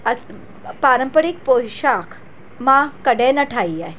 अस पारंपरिक पोशाक मां कॾहिं न ठाही आहे